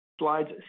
Slides